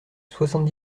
soixante